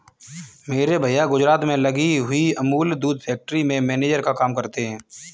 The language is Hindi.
मेरे भैया गुजरात में लगी हुई अमूल दूध फैक्ट्री में मैनेजर का काम करते हैं